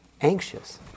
anxious